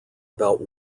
about